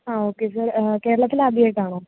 ആഹ് okay sir കേരളത്തിൽ ആദ്യമായിട്ട് ആണോ